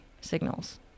signals